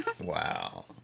Wow